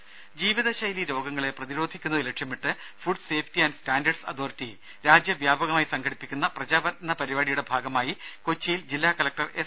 രുമ ജീവിത ശൈലി രോഗങ്ങളെ പ്രതിരോധിക്കുന്നത് ലക്ഷ്യമിട്ട് food safety and standards authority രാജ്യവ്യാപകമായി സംഘടിപ്പിക്കുന്ന പ്രചാരണ പരിപാടിയുടെ ഭാഗമായി കൊച്ചിയിൽ ജില്ലാ കലക്ടർ എസ്